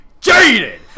jaded